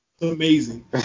amazing